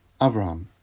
Avram